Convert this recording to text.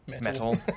metal